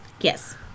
Yes